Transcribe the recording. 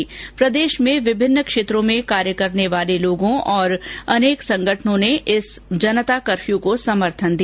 इधर प्रदेश में विभिन्न क्षेत्रों में कार्य करने वाले लोगों और अनेक संगठनों ने जनता कर्फ्यू को समर्थन दिया